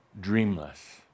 dreamless